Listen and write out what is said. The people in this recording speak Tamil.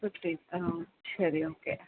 ஓகே ஆ சரி ஓகே